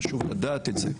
חשוב לדעת את זה.